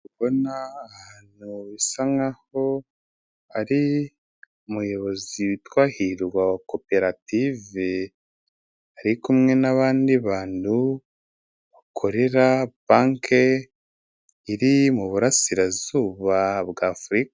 Ndi kubona abantu bisa nkaho ari umuyobozi witwa Hirwa wa koperative, ari kumwe n'abandi bantu bakorera banki iri mu burasirazuba bwa Afurika.